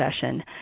session